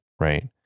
right